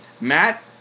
Matt